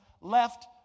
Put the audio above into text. left